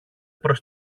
προς